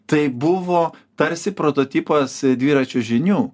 tai buvo tarsi prototipas dviračio žinių